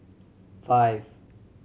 five